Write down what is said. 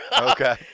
Okay